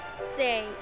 Say